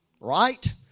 right